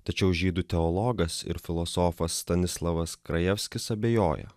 tačiau žydų teologas ir filosofas stanislavas krajevskis abejoja